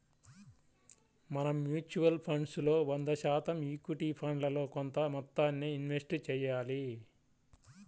మనం mutual funds లో వంద శాతం ఈక్విటీ ఫండ్లలో కొంత మొత్తాన్నే ఇన్వెస్ట్ చెయ్యాలి